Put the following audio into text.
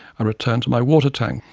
i returned to my water tanks,